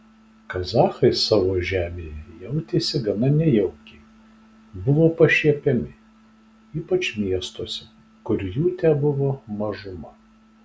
kazachai savo žemėje jautėsi gana nejaukiai buvo pašiepiami ypač miestuose kur jų tebuvo mažuma